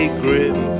grim